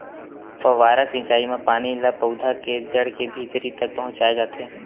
फव्हारा सिचई म पानी ल पउधा के जड़ के भीतरी तक पहुचाए जाथे